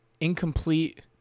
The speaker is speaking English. incomplete